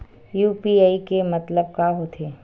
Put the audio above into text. UPI के मतलब का होथे?